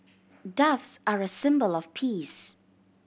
doves are a symbol of peace